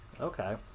Okay